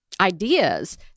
ideas